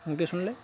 ଟିକେ ଶୁଣିଲେ